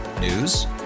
News